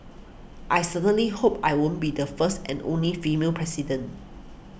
I certainly hope I won't be the first and only female president